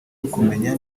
ukumenya